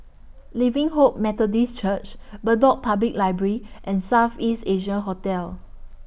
Living Hope Methodist Church Bedok Public Library and South East Asia Hotel